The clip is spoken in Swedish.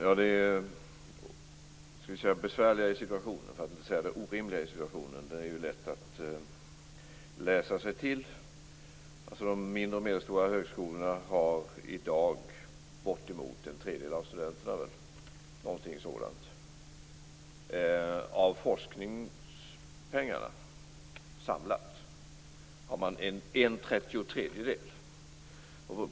Fru talman! Det besvärliga, för att inte säga orimliga, i situationen är lätt att läsa sig till. De mindre och medelstora högskolorna har i dag bortemot en tredjedel av studenterna. Men av de samlade forskningspengarna har de en trettiotredjedel.